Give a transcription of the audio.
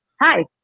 Hi